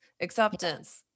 acceptance